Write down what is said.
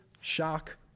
shock